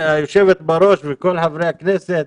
היושבת בראש וכל חברי הכנסת,